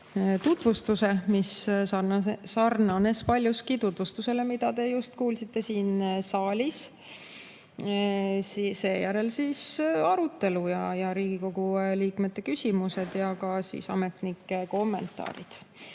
tutvustuse, mis sarnanes paljuski tutvustusega, mida te just kuulsite siin saalis. Seejärel arutelu ja Riigikogu liikmete küsimused ja ametnike kommentaarid.